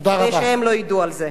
כדי שהם לא ידעו על זה.